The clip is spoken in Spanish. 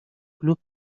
club